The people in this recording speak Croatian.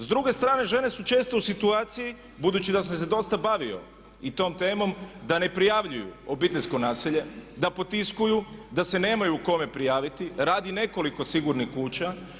S druge strane žene su često u situaciji, budući da sam se dosta bavio i tom temom da ne prijavljuju obiteljsko nasilje, da potiskuju, da se nemaju kome prijaviti radi nekoliko sigurnih kuća.